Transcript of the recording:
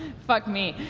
fuck me,